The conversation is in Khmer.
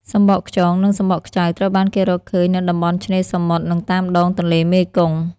សំបកខ្យង និងសំបកខ្ចៅត្រូវបានគេរកឃើញនៅតំបន់ឆ្នេរសមុទ្រ និងតាមដងទន្លេមេគង្គ។